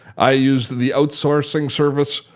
i used the outsourcing service.